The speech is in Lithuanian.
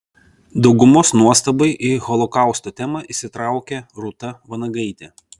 daugumos nuostabai į holokausto temą įsitraukė rūta vanagaitė